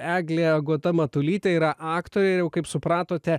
eglė agota matulytė yra aktorė jau kaip supratote